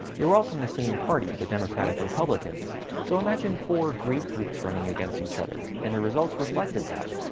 they were all from the same party the democratic-republicans so imagine four grapefruits running against each other and the results reflected that.